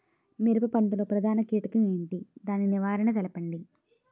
మిరప పంట లో ప్రధాన కీటకం ఏంటి? దాని నివారణ తెలపండి?